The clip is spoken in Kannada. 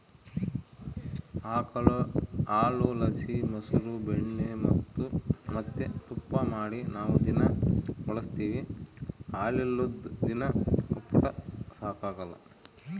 ಆಕುಳು ಹಾಲುಲಾಸಿ ಮೊಸ್ರು ಬೆಣ್ಣೆ ಮತ್ತೆ ತುಪ್ಪಾನ ಮಾಡಿ ನಾವು ದಿನಾ ಬಳುಸ್ತೀವಿ ಹಾಲಿಲ್ಲುದ್ ದಿನ ಒಪ್ಪುಟ ಸಾಗಕಲ್ಲ